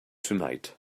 tonight